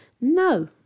no